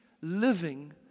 living